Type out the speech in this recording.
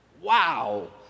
Wow